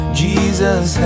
jesus